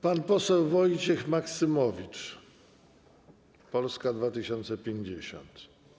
Pan poseł Wojciech Maksymowicz, Polska 2050.